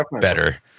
better